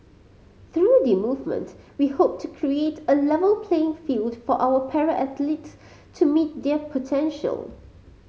through the movement we hope to create a level playing field for our para athlete to meet their potential